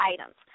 items